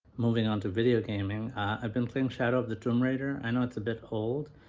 moving on to video gaming i've been playing shadow of the tomb raider i know it's a bit old,